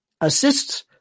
assists